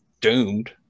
doomed